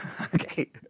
Okay